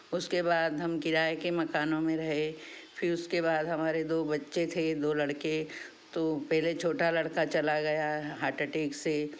उसके बाद हम किराये के मकानों में रहे फिर उसके बाद हमारे दो बच्चे थे दो लड़के तो पहले छोटा लड़का चला गया हार्ट अटैक से